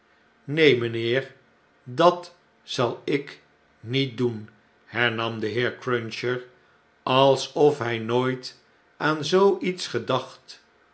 neen mjjnheer dat zal ik niet doen hernam de heer cruncher alsof hg nooit aan zoo iets gedacht